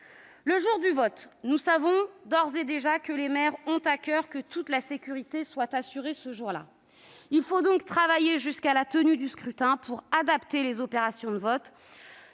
le vote, nous savons d'ores et déjà que les maires ont à coeur que toute la sécurité soit assurée. Il faut donc travailler jusqu'à la tenue du scrutin pour adapter les opérations de vote.